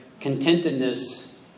contentedness